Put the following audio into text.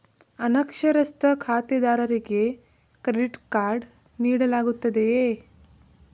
ಅನಕ್ಷರಸ್ಥ ಖಾತೆದಾರರಿಗೆ credit card ನೀಡಲಾಗುತ್ತದೆಯೇ?